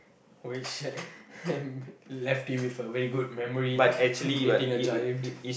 and left him with a very good memory of dating a giant